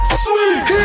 sweet